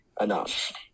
enough